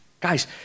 Guys